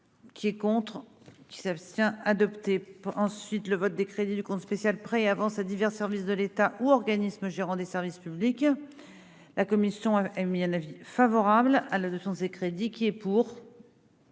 Qui est contre qui s'abstient adopté ensuite le vote des crédits du compte spécial Prêts et avances à divers services de l'État ou organismes gérant des services publics, la commission a émis un avis favorable à la de et crédit qui est pour.